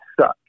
suck